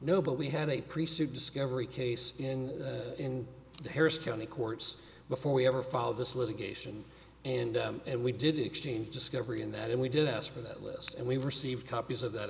know but we had a priest to discover a case in in harris county courts before we ever follow this litigation and we did exchange discovery in that and we did ask for that list and we received copies of that